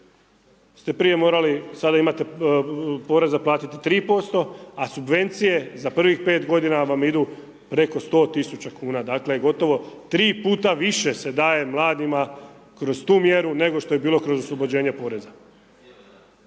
ste prije morali, sada imate poreza platiti 3% a subvencije za prvih 5 godina vam idu preko 100.000 kuna, dakle gotovo 3 puta više se daje mladima kroz tu mjeru, nego što je bilo kroz oslobođenje poreza.